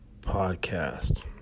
podcast